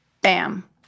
bam